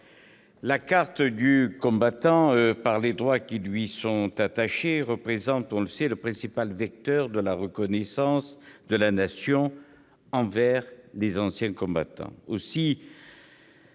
La carte du combattant, par les droits qui lui sont attachés, constitue le principal vecteur de la reconnaissance de la Nation envers les anciens combattants.